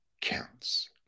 counts